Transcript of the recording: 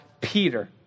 Peter